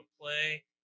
play